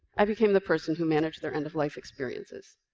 i became the person who managed their end-of-life experiences.